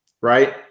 right